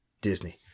disney